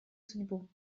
судьбу